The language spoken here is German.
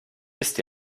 wisst